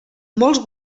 molts